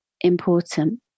important